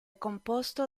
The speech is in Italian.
composto